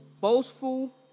boastful